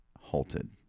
halted